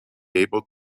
able